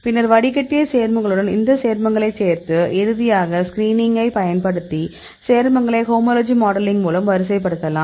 பின்னர் வடிகட்டிய சேர்மங்களுடன் இந்த சேர்மங்களைச் சேர்த்து இறுதியாக ஸ்கிரீனிங்கை பயன்படுத்தி சேர்மங்களைப் ஹோமோலஜி மாடலிங் மூலம் வரிசைப்படுத்தலாம்